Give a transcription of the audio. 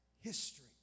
history